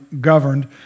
governed